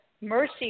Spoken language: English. mercy